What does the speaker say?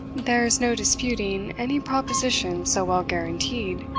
there is no disputing any proposition so well guaranteed,